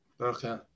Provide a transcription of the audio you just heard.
okay